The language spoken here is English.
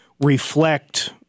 reflect